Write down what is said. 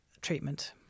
treatment